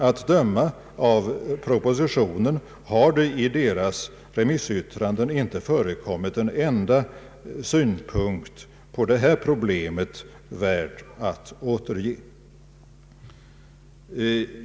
Att döma av propositionen har det i deras remissyttranden inte förekommit en enda synpunkt på detta problem, värd att återge.